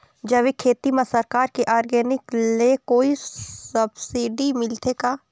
जैविक खेती म सरकार के ऑर्गेनिक ले कोई सब्सिडी मिलथे का?